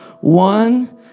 One